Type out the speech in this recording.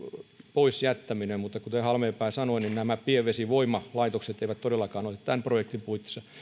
pois jättäminen kuten halmeenpää sanoi nämä pienvesivoimalaitokset eivät todellakaan ole tämän projektin puitteissa